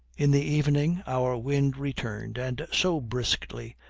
in the evening our wind returned, and so briskly,